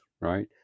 right